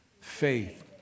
faith